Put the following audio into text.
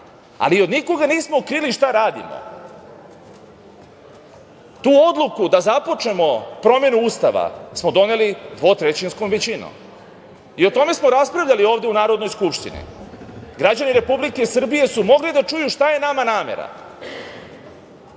ali ni od koga nismo krili šta radimo. Tu odluku da započnemo promenu Ustava smo doneli dvotrećinskom većinom. O tome smo raspravljali ovde u Narodnoj skupštini. Građani Republike Srbije su mogli da čuju šta je nama namera. Želeo